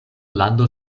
lando